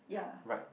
ya